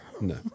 No